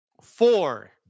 four